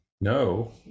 no